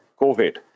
COVID